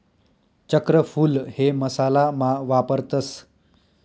चक्रफूल हे मसाला मा वापरतस